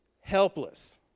Helpless